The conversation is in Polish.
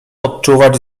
odczuwać